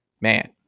man